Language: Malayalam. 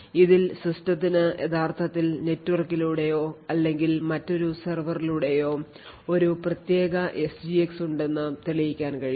ഇതിൽ സിസ്റ്റത്തിന് യഥാർത്ഥത്തിൽ നെറ്റ്വർക്കിലൂടെയോ അല്ലെങ്കിൽ മറ്റൊരു സെർവറിലൂടെയോ ഒരു പ്രത്യേക എസ്ജിഎക്സ് ഉണ്ടെന്ന് തെളിയിക്കാൻ കഴിയും